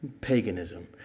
paganism